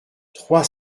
trois